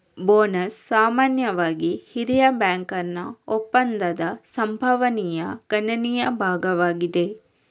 bonus ಸಾಮಾನ್ಯವಾಗಿ ಹಿರಿಯ ಬ್ಯಾಂಕರ್ನ ಒಪ್ಪಂದದ ಸಂಭಾವನೆಯ ಗಣನೀಯ ಭಾಗವಾಗಿದೆ